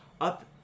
up